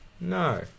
No